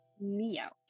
Meow